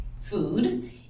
food